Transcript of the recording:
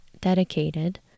dedicated